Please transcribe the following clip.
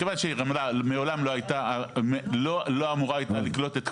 מכיוון שרמלה לא אמורה הייתה לקלוט את כפר דהמש